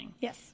yes